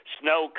snow